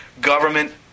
government